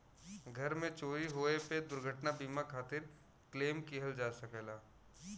घर में चोरी होये पे दुर्घटना बीमा खातिर क्लेम किहल जा सकला